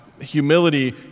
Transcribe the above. humility